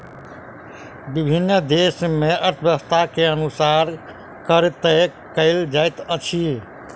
विभिन्न देस मे अर्थव्यवस्था के अनुसार कर तय कयल जाइत अछि